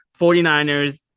49ers